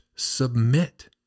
Submit